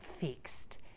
fixed